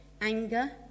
anger